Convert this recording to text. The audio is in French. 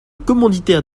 commanditaire